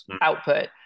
output